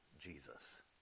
Jesus